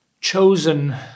chosen